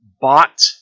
bought